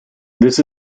this